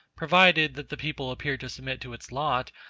provided that the people appear to submit to its lot,